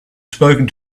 spoken